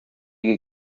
que